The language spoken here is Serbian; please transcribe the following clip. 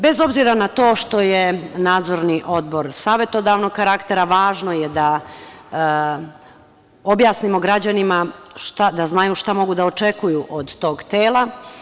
Bez obzira na to što je Nadzorni odbor savetodavnog karaktera, važno je da objasnimo građanima da znaju šta mogu da očekuju od tog tela.